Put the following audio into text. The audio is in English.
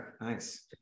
nice